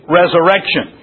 resurrection